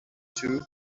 two